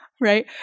Right